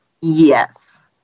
yes